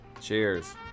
Cheers